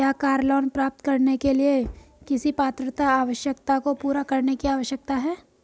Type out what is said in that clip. क्या car loan प्राप्त करने के लिए किसी पात्रता आवश्यकता को पूरा करने की आवश्यकता है?